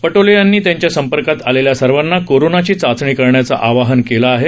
पटोले यांनी त्यांच्या संपर्कात आलेल्या सर्वाना कोरोनाची चाचणी करण्याचं आवाहन केलं आहे